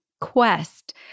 quest